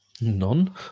None